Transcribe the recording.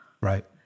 Right